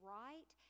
right